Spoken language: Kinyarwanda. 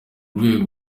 rwego